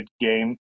game